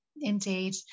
indeed